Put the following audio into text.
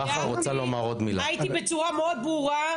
הייתי בצורה מאוד ברורה.